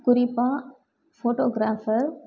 குறிப்பாக ஃபோட்டோகிராஃபர்